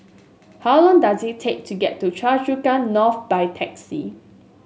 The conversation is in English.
how long does it take to get to Choa Chu Kang North by taxi